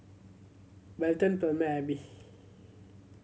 Belton Palmer Alby